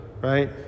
right